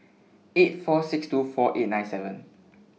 eight four six two four eight nine seven